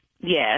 Yes